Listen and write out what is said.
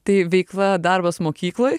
tai veikla darbas mokykloj